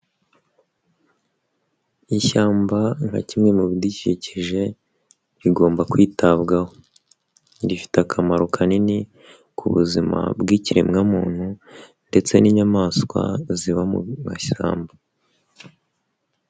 Ishyamba nka kimwe mu bidukikije rigomba kwitabwaho, rifite akamaro kanini ku buzima bw'ikiremwamuntu ndetse n'inyamaswa ziba mu mashyamba.